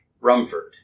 Rumford